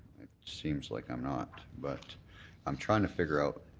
seemed like i'm not but i'm trying to figure out,